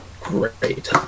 great